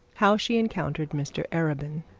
how she encountered mr arabin.